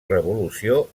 revolució